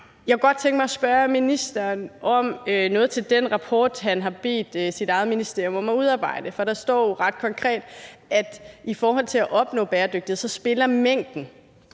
Jeg kunne godt tænke mig at spørge ministeren om noget i den rapport, han har bedt sit eget ministerium om at udarbejde. For der står ret konkret, at i forhold til at opnå bæredygtighed spiller mængden